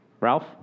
Ralph